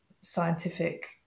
scientific